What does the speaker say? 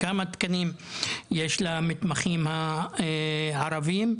יותר תקנים למתמחים הערבים,